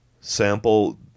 Sample